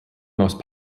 most